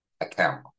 account